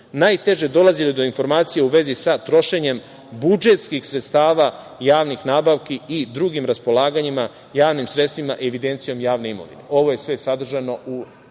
najteže dolazili do informacija u vezi sa trošenjem budžetskih sredstava javnih nabavki i drugim raspolaganjima javnim sredstvima, evidencijom javne imovine. Ovo je sve sadržano u